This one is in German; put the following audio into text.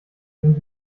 sind